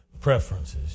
preferences